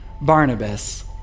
Barnabas